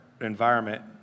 environment